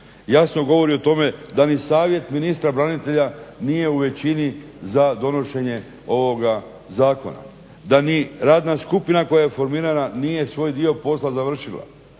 jasno govori o tome da ni Savjet ministra branitelja nije u većini za donošenje ovoga zakona, da ni radna skupina koja je formirana nije svoj dio posla završila,